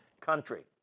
country